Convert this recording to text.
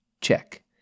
Check